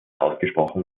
ausgesprochen